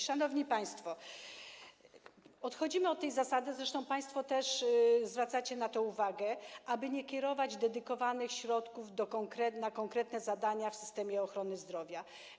Szanowni państwo, odchodzimy od tej zasady - zresztą państwo też zwracacie na to uwagę - aby nie kierować dedykowanych środków na konkretne zadania w systemie ochrony zdrowia.